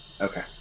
Okay